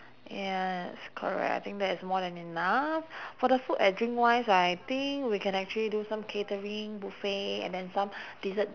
yes correct I think that is more than enough for the food and drink wise I think we can actually do some catering buffet and then some dessert